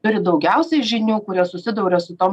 turi daugiausiai žinių kurie susiduria su tom